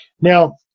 Now